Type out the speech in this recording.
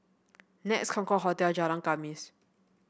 Nex Concorde Hotel Jalan Khamis